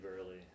early